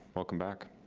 welcome back.